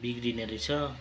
बिग्रिने रहेछ